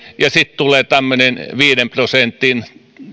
ja sitten tulee tämmöinen viiden prosentin